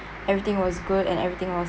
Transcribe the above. everything was good and everything was